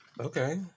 Okay